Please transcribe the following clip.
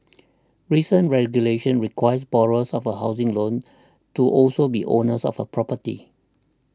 recent regulation requires borrowers of a housing loan to also be owners of a property